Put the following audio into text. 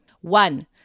One